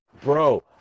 bro